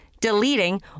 Deleting